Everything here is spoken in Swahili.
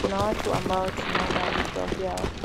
kuna watu ambao tunaona vichwa vyao.